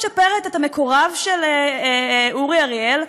מצ'פרת את המקורב של אורי אריאל,